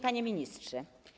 Panie Ministrze!